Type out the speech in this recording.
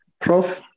Prof